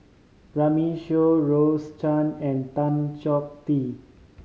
Runme Shaw Rose Chan and Tan Chong Tee